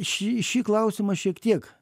šį šį klausimą šiek tiek